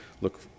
look